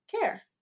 care